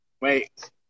Wait